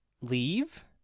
leave